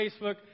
Facebook